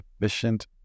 efficient